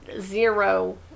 Zero